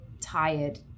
tired